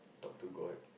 talk to god